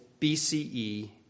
BCE